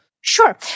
Sure